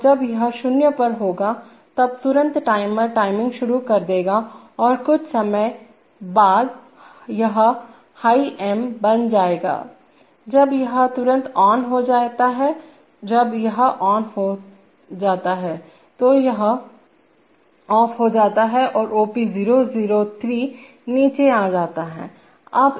अब जब यह 0 पर होगा तब तुरंत टाइमर टाइमिंग शुरू कर देगा और कुछ समय बाद यह हाईम बन जाएगाजब यह तुरंत ऑन हो जाता है जब यह ऑन हो जाता है तो यह ऑफ हो जाता है औरOP003 नीचे आ जाता है